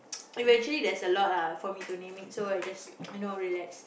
eventually there's a lot lah for me to name it so I just you know relax